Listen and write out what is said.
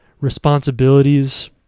responsibilities